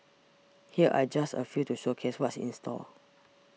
here are just a few to showcase what's in store